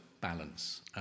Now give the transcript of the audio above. balance